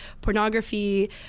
pornography